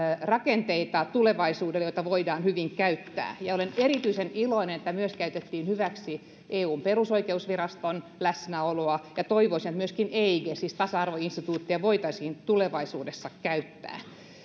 rakenteita joita voidaan hyvin käyttää olen erityisen iloinen että käytettiin hyväksi myös eun perusoikeusviraston läsnäoloa ja toivoisin että myöskin eigeä siis tasa arvoinstituuttia voitaisiin tulevaisuudessa käyttää